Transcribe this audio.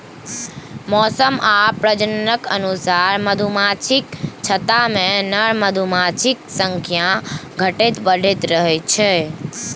मौसम आ प्रजननक अनुसार मधुमाछीक छत्तामे नर मधुमाछीक संख्या घटैत बढ़ैत रहै छै